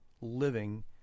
living